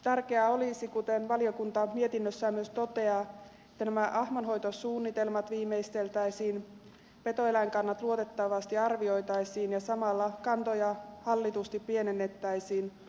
tärkeää olisi kuten valiokunta mietinnössään myös toteaa että nämä ahmanhoitosuunnitelmat viimeisteltäisiin petoeläinkannat luotettavasti arvioitaisiin ja samalla kantoja hallitusti pienennettäisiin uhanalaisuus huomioon ottaen